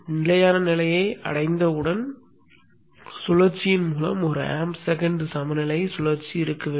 நிலையான நிலையை அடைந்தவுடன் சுழற்சியின் மூலம் ஒரு ஆம்ப் செகண்ட் சமநிலை சுழற்சி இருக்க வேண்டும்